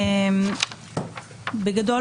בגדול